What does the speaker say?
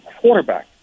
quarterback